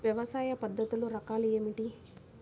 వ్యవసాయ పద్ధతులు రకాలు ఏమిటి?